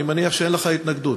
אני מניח שאין לך התנגדות.